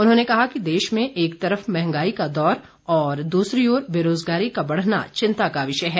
उन्होंने कहा कि देश में एक तरफ मंहगाई का दौर और दूसरी ओर बेरोज़गारी का बढ़ना चिंता का विषय है